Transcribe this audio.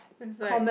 is like